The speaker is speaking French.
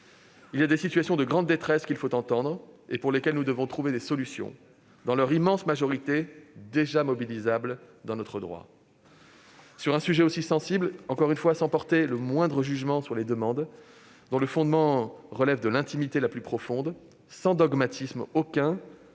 Il y a des situations de grande détresse qu'il faut entendre et pour lesquelles nous devons trouver des solutions, dans leur immense majorité déjà mobilisables dans notre droit. Sur un sujet aussi sensible, je le répète, sans porter le moindre jugement sur les demandes, dont le fondement relève de l'intimité la plus profonde, sans dogmatisme aucun,